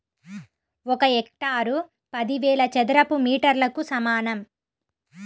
ఒక హెక్టారు పదివేల చదరపు మీటర్లకు సమానం